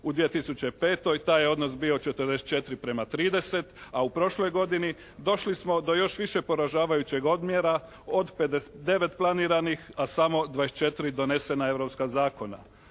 U 2005. taj je odnos bio 44 prema 30, a u prošloj godini došli smo do još više poražavajućeg odmjera, od 59 planiranih a samo 24 donesena europska zakona.